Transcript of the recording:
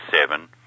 Seven